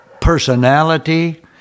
personality